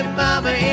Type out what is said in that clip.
mama